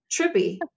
trippy